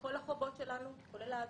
כל החובות שלנו, כולל האג"חים,